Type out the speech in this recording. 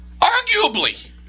arguably